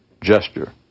gesture